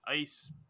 ice